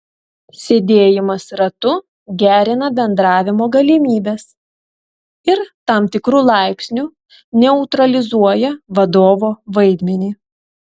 sėdėjimas ratu gerina bendravimo galimybes ir tam tikru laipsniu neutralizuoja vadovo vaidmenį